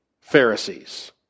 Pharisees